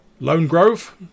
Lonegrove